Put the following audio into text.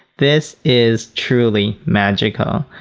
this is truly magical.